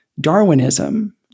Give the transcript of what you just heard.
Darwinism